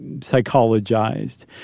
psychologized